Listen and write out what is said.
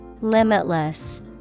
Limitless